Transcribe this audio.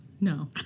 No